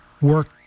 work